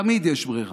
תמיד יש ברירה.